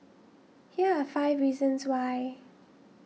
here are five reasons why